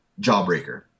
Jawbreaker